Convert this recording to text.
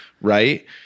right